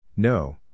No